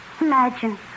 Imagine